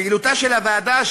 פעילותה של הוועדה,